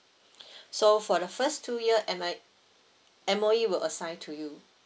so for the first two year M I M_O_E will assign to you